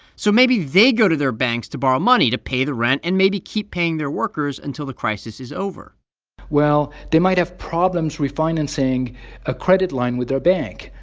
so maybe they go to their banks to borrow money to pay the rent and maybe keep paying their workers until the crisis is over well, they might have problems refinancing a credit line with their bank.